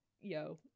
yo